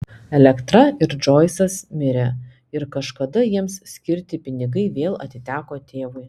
elektra ir džoisas mirė ir kažkada jiems skirti pinigai vėl atiteko tėvui